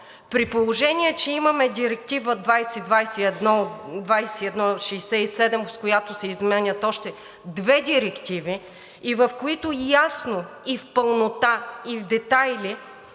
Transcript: при положение че имаме Директива 2021/67, с която се изменят още две директиви и в които ясно, в пълнота и в детайли